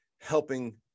helping